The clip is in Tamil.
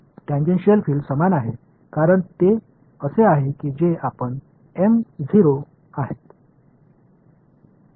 டான்ஜென்ஷியல் புலங்கள் ஒன்றே ஏனென்றால் இந்த நபர்கள் J கள் மற்றும் M கள் 0